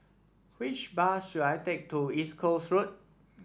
which bus should I take to East Coast Road